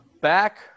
back